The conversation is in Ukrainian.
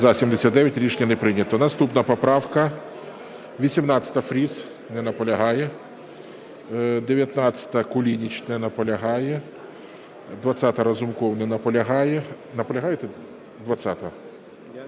За-79 Рішення не прийнято. Наступна поправка 18, Фріс. Не наполягає. 19-а, Кулініч. Не наполягає. 20-а, Разумков. Не наполягає. Наполягаєте?